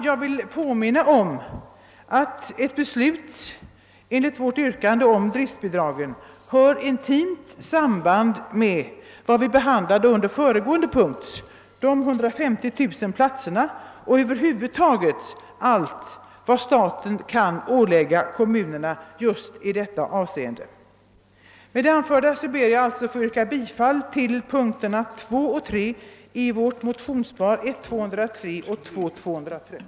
Jag vill påminna om att ett beslut enligt vårt yrkande om driftbidrag intimt hör samman med vad vi behandlade under föregående punkt: de 150 000 platserna och över huvud taget allt vad staten kan ålägga kommunerna just i detta avseende. Med det anförda ber jag, herr talman, få yrka bifall till punkterna 2 och 3 i vårt motionspar I: 203 och II: 230.